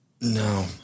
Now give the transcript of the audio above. No